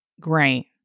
great